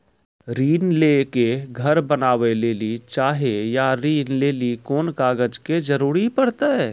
ऋण ले के घर बनावे लेली चाहे या ऋण लेली कोन कागज के जरूरी परतै?